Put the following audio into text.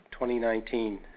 2019